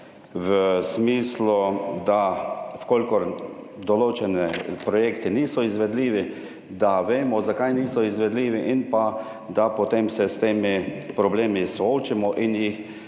v smislu, da v kolikor določeni projekti niso izvedljivi, da vemo, zakaj niso izvedljivi in pa, da potem se s temi problemi soočimo in jih